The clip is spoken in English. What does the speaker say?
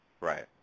Right